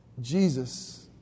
Jesus